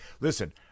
listen